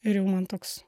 ir jau man toks